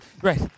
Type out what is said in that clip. Great